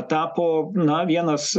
tapo na vienas